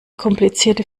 komplizierte